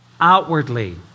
outwardly